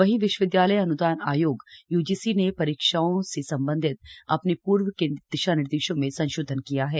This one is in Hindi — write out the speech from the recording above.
वहीं विश्वविद्यालय अन्दान आयोग यूजीसी ने परीक्षाओं से संबंधित अपने पूर्व के दिशा निर्देशों में संशोधन किया है